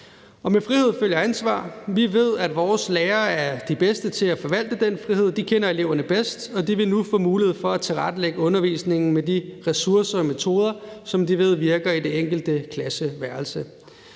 med frihed følger ansvar. Vi ved, at vores lærere er de bedste til at forvalte den frihed. De kender eleverne bedst, og de vil nu få mulighed for at tilrettelægge undervisningen med de ressourcer og metoder, som de ved virker i det enkelte klasseværelse.